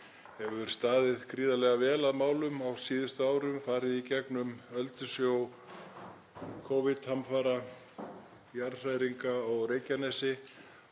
hefur staðið gríðarlega vel að málum á síðustu árum, farið í gegnum öldusjó Covid-hamfara og jarðhræringa á Reykjanesi